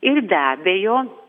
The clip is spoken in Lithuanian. ir be abejo